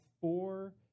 four